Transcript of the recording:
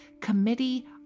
Committee